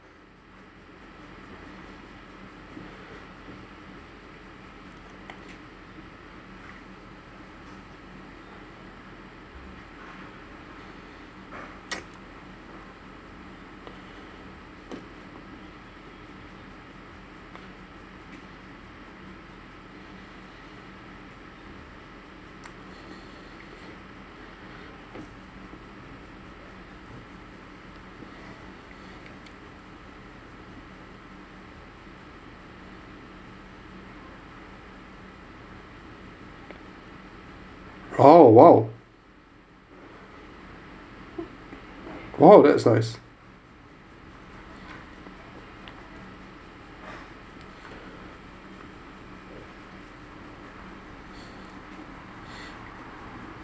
!ow! !wow! !wow! that's nice